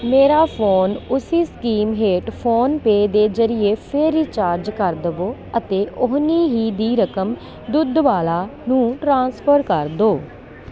ਮੇਰਾ ਫੋਨ ਉਸੀ ਸਕੀਮ ਹੇਠ ਫੋਨ ਪੇ ਦੇ ਜਰੀਏ ਫਿਰ ਰਿਚਾਰਜ ਕਰ ਦੇਵੋ ਅਤੇ ਓਨੀ ਹੀ ਦੀ ਰਕਮ ਦੁੱਧ ਵਾਲਾ ਨੂੰ ਟ੍ਰਾਂਸਫਰ ਕਰ ਦਿਓ